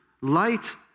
Light